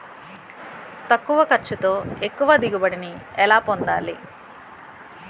తక్కువ ఖర్చుతో ఎక్కువ దిగుబడి ని ఎలా పొందాలీ?